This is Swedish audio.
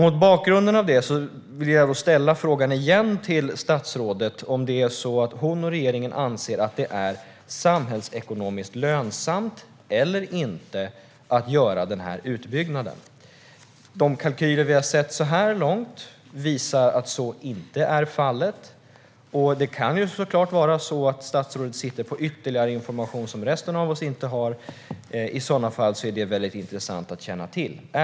Mot bakgrund av detta vill jag åter ställa frågan till statsrådet: Anser hon och regeringen att det är samhällsekonomiskt lönsamt att göra denna utbyggnad? De kalkyler som vi hittills har sett visar att så inte är fallet. Det kan självklart vara så att statsrådet sitter på ytterligare information som resten av oss inte har. I sådana fall vore det intressant att känna till den.